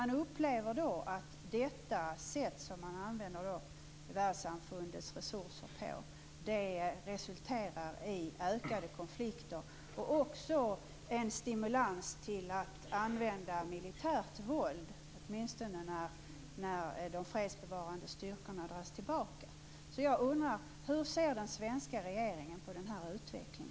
Man upplever att sättet att använda världssamfundets resurser resulterar i ökade konflikter och i en stimulans till att använda militärt våld, åtminstone när de fredsbevarande styrkorna dras tillbaka. Hur ser den svenska regeringen på denna utveckling?